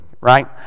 right